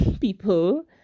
people